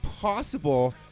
possible